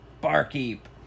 barkeep